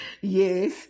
yes